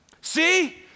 see